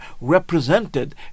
represented